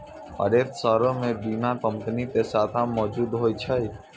हरेक शहरो मे बीमा कंपनी के शाखा मौजुद होय छै